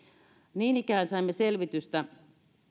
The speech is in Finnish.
niin ikään saimme selvitystä